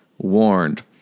warned